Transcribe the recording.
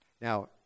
Now